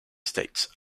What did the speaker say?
states